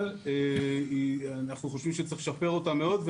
אבל אנחנו חושבים שצריך לשפר אותה מאוד.